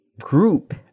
group